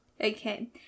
Okay